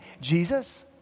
Jesus